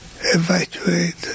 evacuate